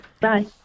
Bye